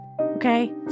Okay